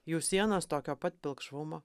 jų sienos tokio pat pilkšvumo